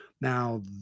Now